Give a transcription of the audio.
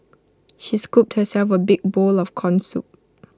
she scooped herself A big bowl of Corn Soup